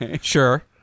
Sure